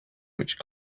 which